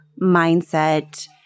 mindset